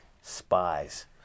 spies